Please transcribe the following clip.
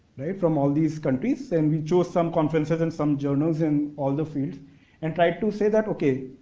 right? from all these countries and we chose some conferences and some journals in all the fields and tried to say that, okay,